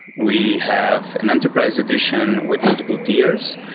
we have an enterprise edition with multiple tiers.